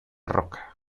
roca